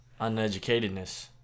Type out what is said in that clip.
Uneducatedness